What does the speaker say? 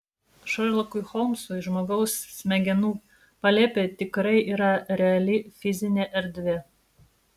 šerlokui holmsui žmogaus smegenų palėpė tikrai yra reali fizinė erdvė